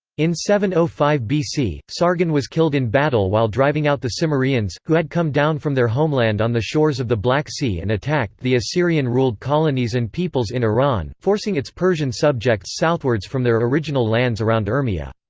in seven hundred and five bc, sargon was killed in battle while driving out the so cimmerians, who had come down from their homeland on the shores of the black sea and attacked the assyrian-ruled colonies and peoples in iran, forcing its persian subjects southwards from their original lands around urmia.